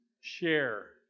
share